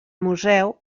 museu